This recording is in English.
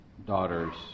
Daughters